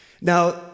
Now